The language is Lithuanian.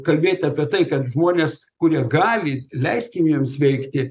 kalbėti apie tai kad žmonės kurie gali leiskim jiems veikti